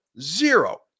zero